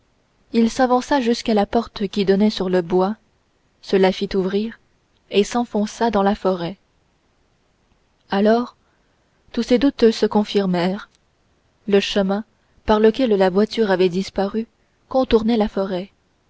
il s'avança jusqu'à la porte qui donnait sur le bois se la fit ouvrir et s'enfonça dans la forêt alors tous ses doutes se confirmèrent le chemin par lequel la voiture avait disparu contournait la forêt